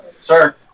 Sir